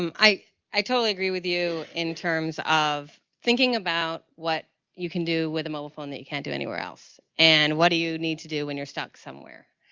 um i i totally agree with you in terms of thinking about what you can do with the mobile phone that you can't do anywhere else and what do you need to do when you're stuck somewhere.